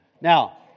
Now